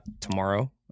tomorrow